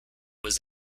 was